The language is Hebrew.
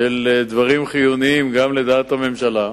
של דברים חיוניים, גם לדעת הממשלה,